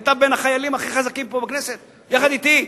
היית בין החיילים הכי חזקים פה, בכנסת, יחד אתי.